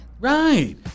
Right